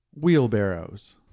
Wheelbarrows